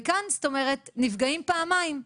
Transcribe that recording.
וכאן זאת אומרת נפגעים פעמיים,